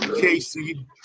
Casey